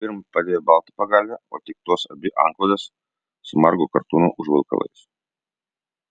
pirm padėjo baltą pagalvę o tik tos abi antklodes su margo kartūno užvalkalais